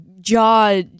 jaw